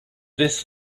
this